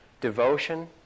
Devotion